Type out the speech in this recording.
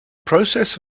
process